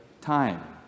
time